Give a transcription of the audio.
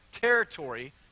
territory